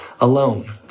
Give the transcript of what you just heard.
alone